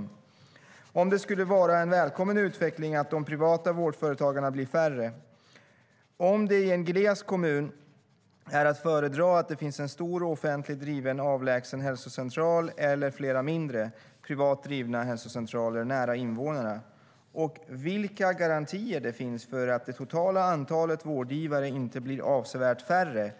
Han har frågat om det skulle vara en välkommen utveckling att de privata vårdföretagarna blir färre, om det i en gles kommun är att föredra att det finns en stor offentligt driven avlägsen hälsocentral eller flera mindre, privat drivna hälsocentraler nära invånarna och vilka garantier det finns för att det totala antalet vårdgivare inte blir avsevärt mindre